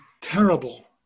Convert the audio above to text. terrible